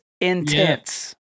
intense